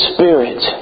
Spirit